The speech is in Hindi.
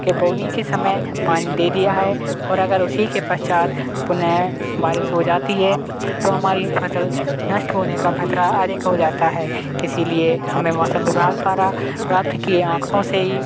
के बोने के समय पानी दे दिया है और अगर उसी के पश्चात पुनः बारिश हो जाती है तो हमारी फसल नष्ट होने का ख़तरा अधिक हो जाता है इसीलिए हमें मौसम विभाग द्वारा प्राप्त किए आंकड़ों से ही